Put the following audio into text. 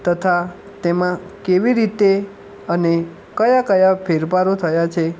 તથા તેમાં કેવી રીતે અને કયા કયા ફેરફારો થયા છે